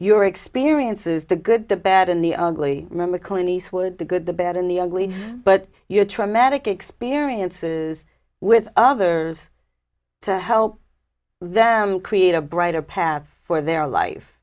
your experiences the good the bad and the ugly remember clint eastwood the good the bad and the ugly but you're traumatic experiences with others to help them create a brighter path for their life